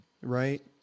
right